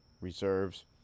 reserves